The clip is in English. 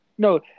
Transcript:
No